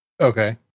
Okay